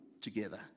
together